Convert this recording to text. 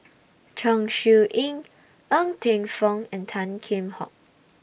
Chong Siew Ying Ng Teng Fong and Tan Kheam Hock